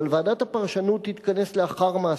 אבל ועדת הפרשנות תתכנס לאחר מעשה.